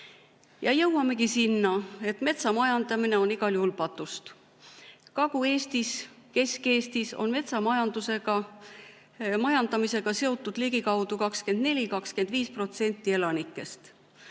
Ja jõuamegi sinna, et metsa majandamine on igal juhul patust. Kagu-Eestis, Kesk-Eestis on metsa majandamisega seotud ligikaudu 24% või 25% elanikest.